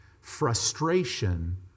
frustration